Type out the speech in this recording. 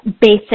basic